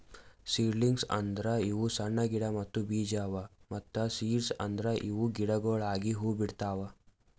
seedlings ಅಂದುರ್ ಇವು ಸಣ್ಣ ಗಿಡ ಮತ್ತ್ ಬೀಜ ಅವಾ ಮತ್ತ ಸೀಡ್ಸ್ ಅಂದುರ್ ಇವು ಗಿಡಗೊಳಾಗಿ ಹೂ ಬಿಡ್ತಾವ್